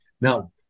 now